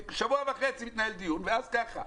שבוע וחצי מתנהל דיון וזה זה ככה: